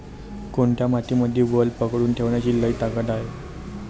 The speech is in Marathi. कोनत्या मातीमंदी वल पकडून ठेवण्याची लई ताकद हाये?